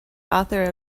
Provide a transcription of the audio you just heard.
author